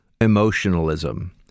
emotionalism